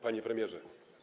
Panie Premierze!